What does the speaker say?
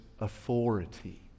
authority